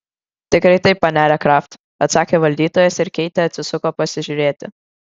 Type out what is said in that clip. tikrai taip panele kraft atsakė valdytojas ir keitė atsisuko pasižiūrėti